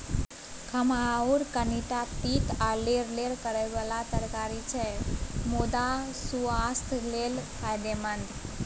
खमहाउर कनीटा तीत आ लेरलेर करय बला तरकारी छै मुदा सुआस्थ लेल फायदेमंद